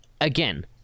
again